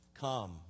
Come